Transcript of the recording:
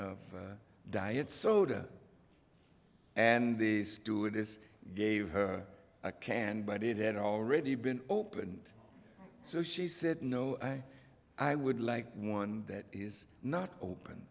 of diet soda and the stewardess gave her a can but it had already been opened so she said no i would like one that is not open